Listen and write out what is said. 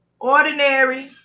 Ordinary